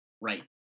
right